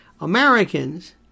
Americans